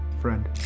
friend